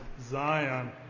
Zion